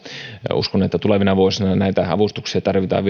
uskon että väestön ikääntyessä näitä avustuksia tarvitaan